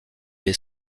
les